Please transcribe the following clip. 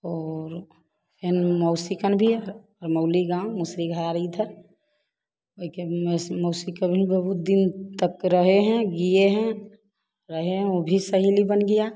और हम मौसी खिन भी मौली गाँव मुसरी घरी था उसके मौसी के अभिन बहुत दिन तक रहे हैं गए हैं रहे हैं वह भी सहेली बन गया